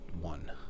one